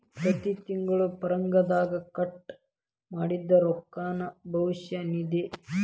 ಪ್ರತಿ ತಿಂಗಳು ಪಗಾರದಗ ಕಟ್ ಮಾಡಿದ್ದ ರೊಕ್ಕಾನ ಭವಿಷ್ಯ ನಿಧಿ